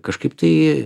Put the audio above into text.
kažkaip tai